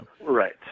Right